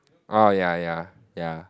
oh ya ya ya